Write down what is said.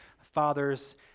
father's